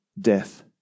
death